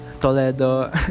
Toledo